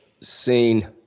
seen